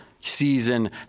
season